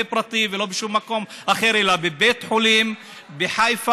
פרטי ולא בשום מקום אחר אלא בבית חולים בחיפה,